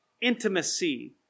Intimacy